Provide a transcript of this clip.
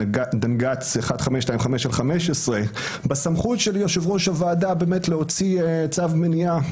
דנג"ץ 1525/15 בסמכות של יושב-ראש הוועדה להוציא צו מניעה.